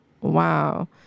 wow